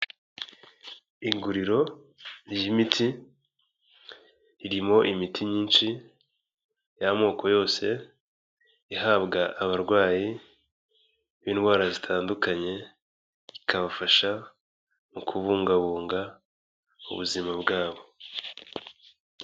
Iguriro ry'imiti, ririmo imiti myinshi, y'amoko yose, ihabwa abarwayi b'indwara zitandukanye, ikabafasha mu kubungabunga, ubuzima bwabo.